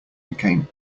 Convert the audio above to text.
became